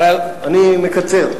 הרי, אני מקצר.